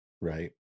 Right